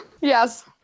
Yes